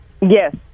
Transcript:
Yes